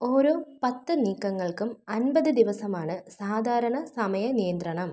ഓരോ പത്ത് നീക്കങ്ങൾക്കും അൻപത് ദിവസമാണ് സാധാരണ സമയ നിയന്ത്രണം